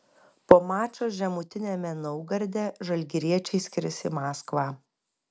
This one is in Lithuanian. po mačo žemutiniame naugarde žalgiriečiai skris į maskvą